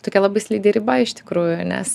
tokia labai slidi riba iš tikrųjų nes